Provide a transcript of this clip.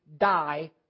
die